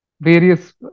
various